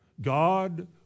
God